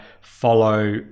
follow